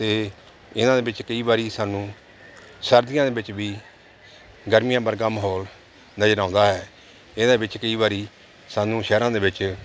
ਅਤੇ ਇਹਨਾਂ ਦੇ ਵਿੱਚ ਕਈ ਵਾਰੀ ਸਾਨੂੰ ਸਰਦੀਆਂ ਦੇ ਵਿੱਚ ਵੀ ਗਰਮੀਆਂ ਵਰਗਾ ਮਾਹੌਲ ਨਜ਼ਰ ਆਉਂਦਾ ਹੈ ਇਹਦੇ ਵਿੱਚ ਕਈ ਵਾਰੀ ਸਾਨੂੰ ਸ਼ਹਿਰਾਂ ਦੇ ਵਿੱਚ